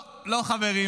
לא, לא, חברים.